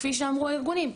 כפי שאמרו הארגונים,